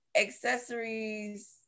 Accessories